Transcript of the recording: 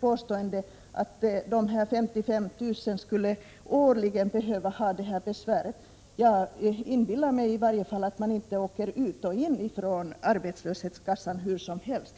påstående att de 55 000 personerna årligen skulle behöva ha dessa besvär. Jag inbillar mig att man inte åker ut ur och in i arbetslöshetskassan hur som helst.